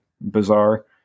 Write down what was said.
bizarre